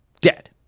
dead